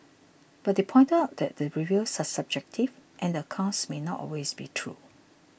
but they pointed out that the reviews are subjective and the accounts may not always be true